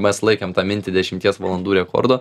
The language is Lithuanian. mes laikėm tą mintį dešimties valandų rekordo